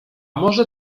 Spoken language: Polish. może